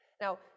Now